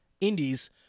indies